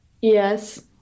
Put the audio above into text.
Yes